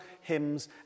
hymns